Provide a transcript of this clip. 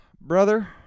Brother